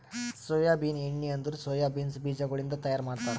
soybean ಎಣ್ಣಿ ಅಂದುರ್ soya beans ಬೀಜಗೊಳಿಂದ್ ತೈಯಾರ್ ಮಾಡ್ತಾರ